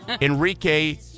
Enrique